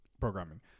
programming